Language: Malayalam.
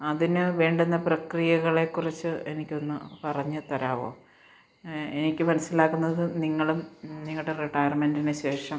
അതിന് വേണ്ടുന്ന പ്രക്രിയകളെ കുറിച്ച് എനിക്കൊന്ന് പറഞ്ഞു തരാമോ എനിക്ക് മനസ്സിലാകുന്നത് നിങ്ങളും നിങ്ങളുടെ റിട്ടയർമെൻറ്റിന് ശേഷം